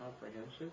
comprehensive